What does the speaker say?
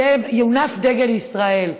יונף דגל ישראל.